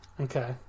Okay